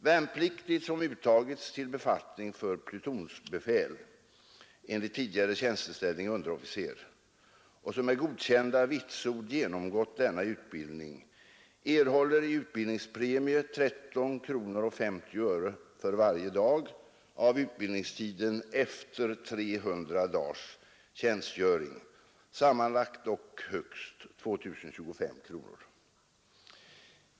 Värnpliktig som uttagits till befattning för plutonsbefäl och som med godkända vitsord genomgått denna utbildning erhåller i utbildningspremie 13:50 kronor för varje dag av utbildningstiden efter 300 dagars tjänstgöring, sammanlagt dock högst 2025 kronor.